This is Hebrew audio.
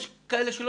שעל